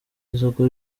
isoko